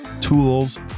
tools